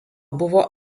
buvo